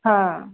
हँ